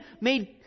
made